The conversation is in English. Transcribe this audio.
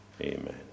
Amen